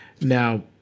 Now